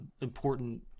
important